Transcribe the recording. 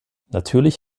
natürlich